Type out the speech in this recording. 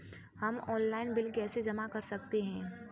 हम online bill कैसे जमा कर सकते हैं?